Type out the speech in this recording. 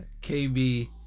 KB